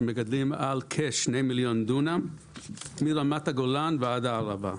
שמגדלים על כשני מיליון דונם מרמת הגולן ועד הערבה,